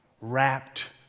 wrapped